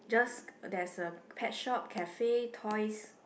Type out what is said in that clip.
just there's a pet shop cafe toys